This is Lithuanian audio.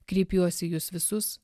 kreipiuosi į jus visus